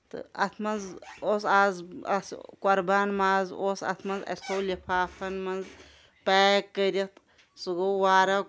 تہٕ اتھ منٛز اوس آز اسہِ قۄربان ماز اوس اتھ منٛز اسہِ تھوٚو لفافن منٛز پیک کٔرتھ سُہ گوٚو واریاہ